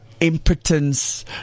Impotence